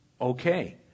Okay